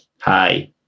Hi